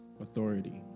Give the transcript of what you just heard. Authority